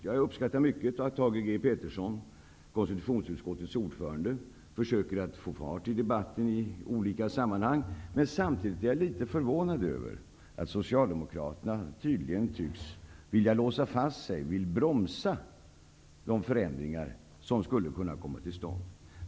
Jag uppskattar mycket att Thage G. Peterson, konstitutionsutskottets ordförande, försöker få fart på debatten i olika sammanhang. Men samtidigt är jag litet förvånad över att Socialdemokraterna tydligen tycks vilja bromsa när det gäller de förändringar som skulle kunna komma till stånd.